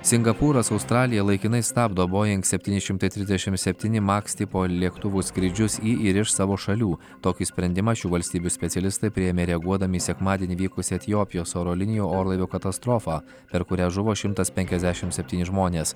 singapūras australija laikinai stabdo boing septyni šimtai trisdešimt septyni maks tipo lėktuvų skrydžius į ir iš savo šalių tokį sprendimą šių valstybių specialistai priėmė reaguodami į sekmadienį vykusią etiopijos oro linijų orlaivio katastrofą per kurią žuvo šimtas penkiasdešimt septyni žmonės